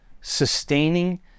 sustaining